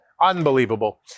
unbelievable